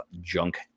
junk